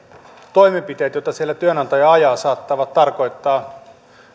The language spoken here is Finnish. toimenpiteet joita siellä työnantaja ajaa saattavat tarkoittaa